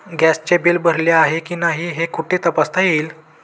गॅसचे बिल भरले आहे की नाही हे कुठे तपासता येईल?